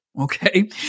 okay